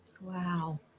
Wow